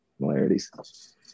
similarities